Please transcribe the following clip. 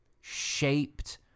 shaped